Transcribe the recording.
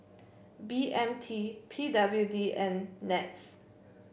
B M T P W D and NETS